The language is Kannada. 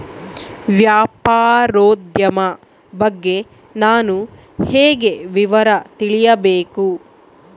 ವ್ಯಾಪಾರೋದ್ಯಮ ಬಗ್ಗೆ ನಾನು ಹೇಗೆ ವಿವರ ತಿಳಿಯಬೇಕು?